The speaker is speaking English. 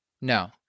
No